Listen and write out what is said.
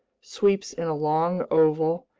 sweeps in a long oval,